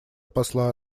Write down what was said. посла